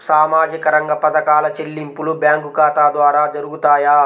సామాజిక రంగ పథకాల చెల్లింపులు బ్యాంకు ఖాతా ద్వార జరుగుతాయా?